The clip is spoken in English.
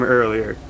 earlier